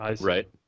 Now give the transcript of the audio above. Right